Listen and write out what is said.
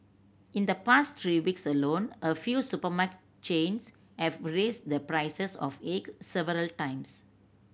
in the past three weeks alone a few supermarket chains have raised the prices of eggs several times